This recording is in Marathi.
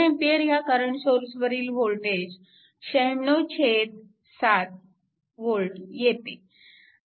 2A या करंट सोर्सवरील वोल्टेज 967 V येते